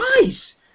guys